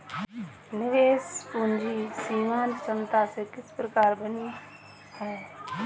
निवेश पूंजी सीमांत क्षमता से किस प्रकार भिन्न है?